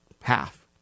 Half